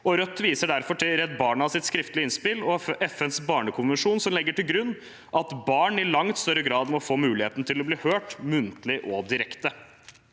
Rødt viser derfor til Redd Barnas skriftlige innspill og FNs barnekonvensjon, som legger til grunn at barn i langt større grad må få muligheten til å bli hørt muntlig og direkte.